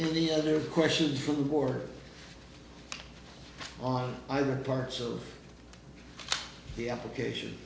any other questions for the war on either parts of the application